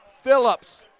Phillips